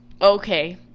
okay